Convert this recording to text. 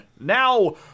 now